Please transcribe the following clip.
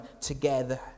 together